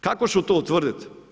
Kako će to utvrditi?